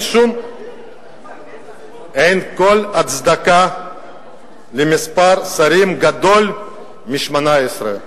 אין כל הצדקה למספר שרים גדול מ-18.